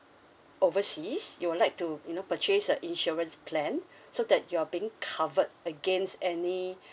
overseas you would like to you know purchase a insurance plan so that you are being covered against any